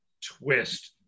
Twist